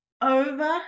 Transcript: over